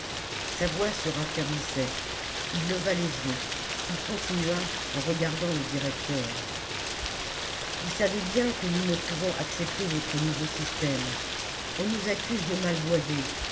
sa voix se raffermissait il leva les yeux il continua en regardant le directeur vous savez bien que nous ne pouvons accepter votre nouveau système on nous accuse de mal boiser